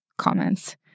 comments